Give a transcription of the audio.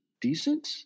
decent